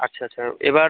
আচ্ছা আচ্ছা এবার